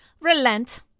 Relent